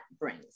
brings